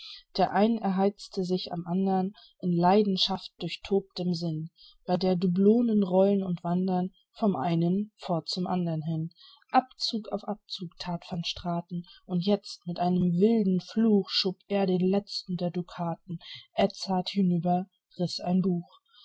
der ein erhitzte sich am andern in leidenschaftdurchtobtem sinn bei der dublonen rolln und wandern vom einen fort zum andern hin abzug auf abzug that van straten und jetzt mit einem wilden fluch schob er den letzten der dukaten edzard hinüber riß ein buch